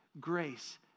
grace